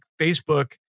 Facebook